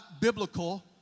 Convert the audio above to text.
biblical